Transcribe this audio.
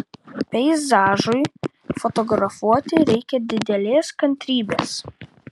peizažui fotografuoti reikia didelės kantrybės